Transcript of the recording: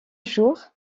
jour